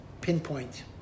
pinpoint